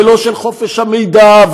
ולא של חופש המידע,